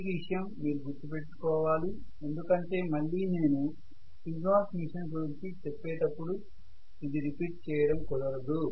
ఈ విషయం మీరు గుర్తుపెట్టుకోవాలి ఎందుకంటే మళ్ళీ నేను సింక్రోనస్ మెషిన్ గురించి చెప్పేటప్పుడు ఇది రిపీట్ చేయడం కుదరదు